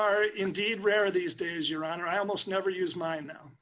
are indeed rare these days your honor i almost never use mine